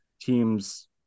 teams